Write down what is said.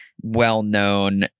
well-known